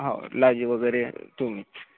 हो लॉजी वगैरे तुम्हीच